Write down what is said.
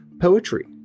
Poetry